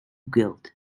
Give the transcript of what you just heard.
guild